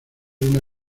una